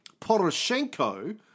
Poroshenko